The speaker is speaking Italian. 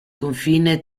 confine